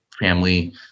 family